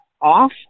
off